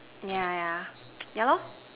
yeah yeah yeah loh